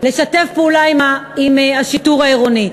לשתף פעולה עם השיטור העירוני.